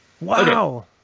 Wow